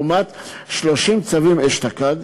לעומת 30 צווים אשתקד,